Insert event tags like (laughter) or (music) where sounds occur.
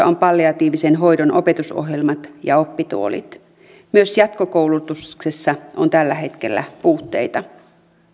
(unintelligible) on palliatiivisen hoidon opetusohjelmat ja oppituolit myös jatkokoulutuksessa on tällä hetkellä puutteita